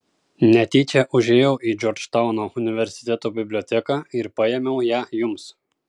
netyčia užėjau į džordžtauno universiteto biblioteką ir paėmiau ją jums